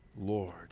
lord